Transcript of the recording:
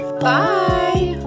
Bye